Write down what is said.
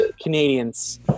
Canadians